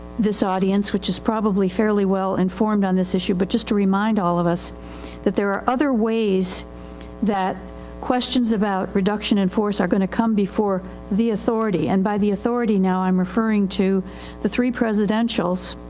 this audience, which is probably fairly well informed on this issue. but just to remind all of us that there are other ways that questions about reduction in force are going to come before the authority. and by the authority now iim um referring to the three presidential, ah,